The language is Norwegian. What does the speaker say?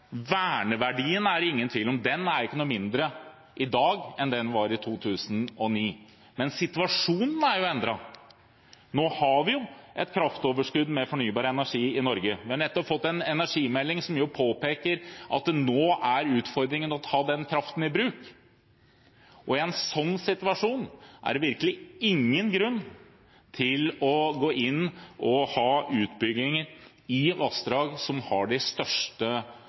Verneverdien er det ingen tvil om, den er ikke noe mindre i dag enn det den var i 2009. Men situasjonen er jo endret. Nå har vi et kraftoverskudd med fornybar energi i Norge. Vi har nettopp fått en energimelding som påpeker at nå er utfordringen å ta den kraften i bruk. I en sånn situasjon er det virkelig ingen grunn til å gå inn for å ha utbygginger i vassdrag som har de største